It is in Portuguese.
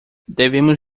devemos